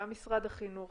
גם משרד החינוך,